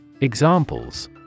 Examples